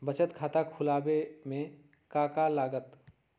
बचत खाता खुला बे में का का लागत?